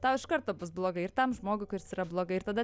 tau iš karto bus blogai ir tam žmogui kuris yra blogai ir tada